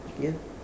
ya